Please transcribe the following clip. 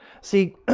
See